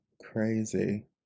Crazy